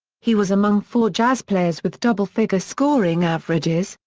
he was among four jazz players with double-figure scoring averages,